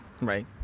Right